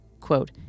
quote